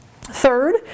Third